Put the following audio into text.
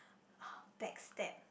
backstab